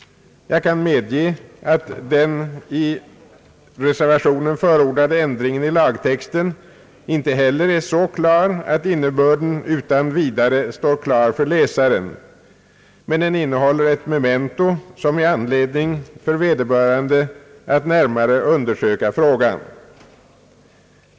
Jag kan medge att den i reservationen förordade ändringen i lagtexten inte heller är så klar, att innebörden utan vidare står klar för läsaren, men den innehåller ett memento som ger anledning för vederbörande att närmare undersöka frågan.